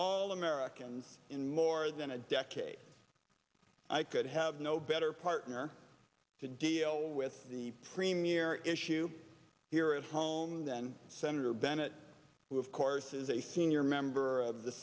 all americans in more than a decade i could have no better partner to deal with the premier issue here at home then senator bennett who of course is a senior member of the